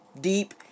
deep